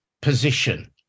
position